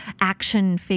action